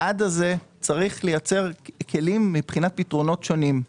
צריך לייצר למנעד הזה כלים מבחינת פתרונות שונים.